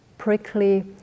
prickly